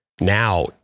now